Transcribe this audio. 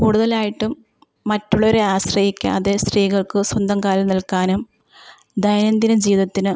കൂടുതലായിട്ടും മറ്റുള്ളവരെ ആശ്രയിക്കാതെ സ്ത്രീകൾക്കു സ്വന്തം കാലിൽ നിൽക്കാനും ദൈനംദിന ജീവിതത്തിന്